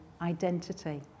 identity